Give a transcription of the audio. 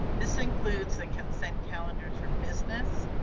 this includes the consent calendars for business,